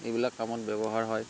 এইবিলাক কামত ব্যৱহাৰ হয়